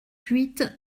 huit